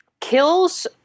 kills